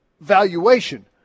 valuation